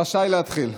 רשאי להתחיל.